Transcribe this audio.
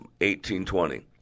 1820